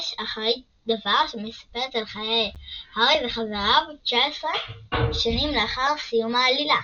יש אחרית דבר שמספרת על חיי הארי וחבריו 19 שנים לאחר סיום העלילה